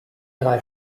drei